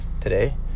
today